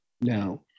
Now